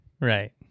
Right